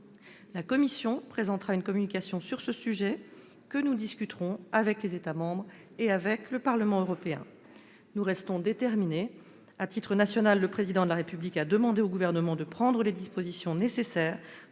La Commission présentera une communication sur ce sujet ; nous en discuterons avec les États membres et le Parlement européen. Nous restons déterminés. Sur le plan national, le Président de la République a demandé au Gouvernement de prendre les dispositions nécessaires